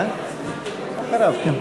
נסים, קצר.